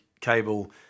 cable